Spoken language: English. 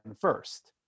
first